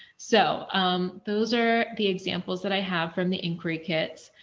so um those are the examples that i have from the and create kits.